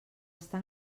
està